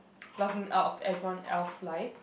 logging out of everyone else life